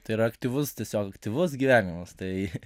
tai yra aktyvus tiesiog aktyvus gyvenimas tai